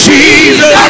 Jesus